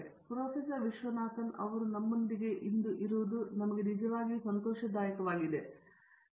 ಆದ್ದರಿಂದ ಪ್ರೊಫೆಸರ್ ವಿಶ್ವನಾಥನ್ ಅವರು ನಮ್ಮೊಂದಿಗೆ ಇರುವುದು ನಿಜವಾಗಿಯೂ ಸಂತೋಷವಾಗುವುದು